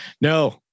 No